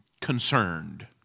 concerned